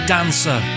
Dancer